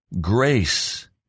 grace